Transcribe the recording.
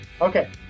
Okay